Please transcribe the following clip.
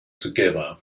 together